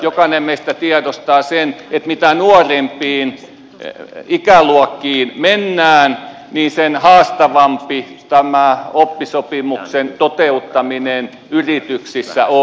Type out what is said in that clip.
jokainen meistä tiedostaa sen että mitä nuorempiin ikäluokkiin mennään sen haastavampi tämä oppisopimuksen toteuttaminen yrityksissä on